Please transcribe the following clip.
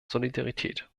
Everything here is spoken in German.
solidarität